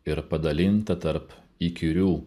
ir padalinta tarp įkyrių